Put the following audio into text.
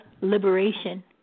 liberation